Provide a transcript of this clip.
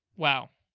wow,